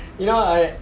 you know I